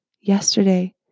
Yesterday